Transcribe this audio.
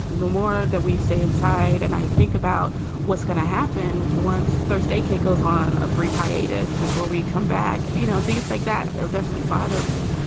the more that we stay inside. and i think about what's going to happen once. thursday, kate goes on a brief hiatus before we come back. you know, things like that definitely bother me.